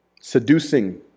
Seducing